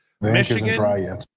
Michigan